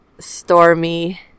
stormy